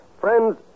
Friends